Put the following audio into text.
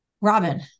Robin